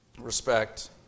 respect